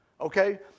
Okay